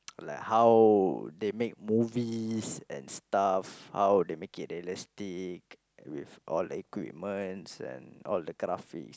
like how they make movies and stuff how they make it realistic with all the equipments and all the craft